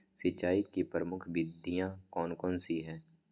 सिंचाई की प्रमुख विधियां कौन कौन सी है?